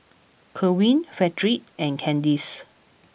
Kerwin Fredrick and Candis